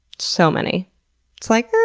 so many. it's like, ah.